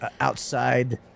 outside